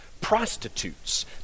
prostitutes